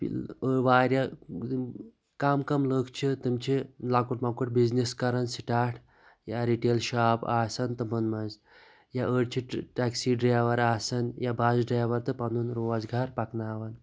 وارِیاہ کَم کَم لُکھ چھِ تِم چھِ لَکُٹ مَکُٹ بِزنٮ۪س کَران سِٹاٹ یا رِٹیل شاپ آسان تِمَن منٛز یا ٲڑۍ چھِ ٹیٚکسی ڈیوَر آسان یا بَس ڈیوَر تہٕ پَنُن روزگار پَکناوان